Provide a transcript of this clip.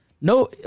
No